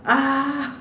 ah